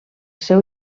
seu